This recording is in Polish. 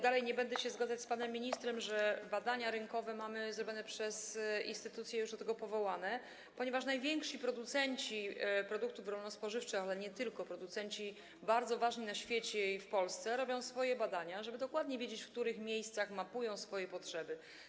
Dalej nie będę się zgadzać z panem ministrem, że badania rynkowe są prowadzone przez instytucje już do tego powołane, ponieważ najwięksi producenci produktów rolno-spożywczych, ale nie tylko, producenci bardzo ważni na świecie i w Polsce, przeprowadzają własne badania, żeby dokładnie wiedzieć, w których miejscach mają mapować swoje potrzeby.